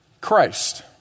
Christ